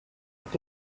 avec